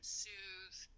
soothe